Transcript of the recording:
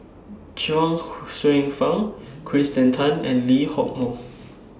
Chuang Hsueh Fang Kirsten Tan and Lee Hock Moh